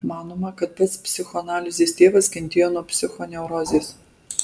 manoma kad pats psichoanalizės tėvas kentėjo nuo psichoneurozės